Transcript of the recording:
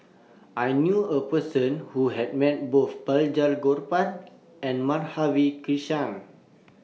I knew A Person Who has Met Both Balraj Gopal and Madhavi Krishnan